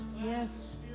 Yes